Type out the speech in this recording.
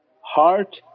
heart